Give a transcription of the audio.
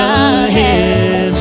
ahead